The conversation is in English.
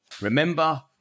Remember